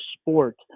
sport